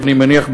אני מניח,